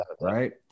Right